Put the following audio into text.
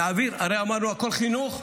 להעביר, הרי אמרנו, הכול חינוך?